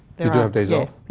you do have days off?